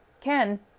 Ken